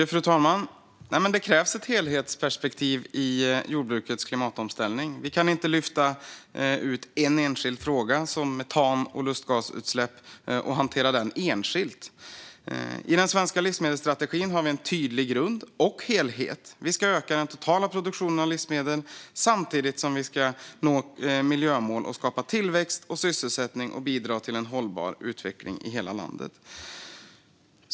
Fru talman! Det krävs ett helhetsperspektiv i jordbrukets klimatomställning. Vi kan inte lyfta ut en enskild fråga som metan och lustgasutsläpp och hantera den enskilt. I den svenska livsmedelsstrategin har vi en tydlig grund och helhet. Vi ska öka den totala produktionen av livsmedel samtidigt som vi ska nå miljömål, skapa tillväxt och sysselsättning och bidra till en hållbar utveckling i hela landet.